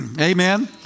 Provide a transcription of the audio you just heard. Amen